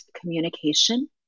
communication